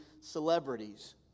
celebrities